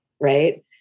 right